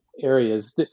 areas